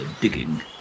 digging